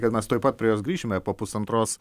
kad mes tuoj pat prie jos grįšime po pusantros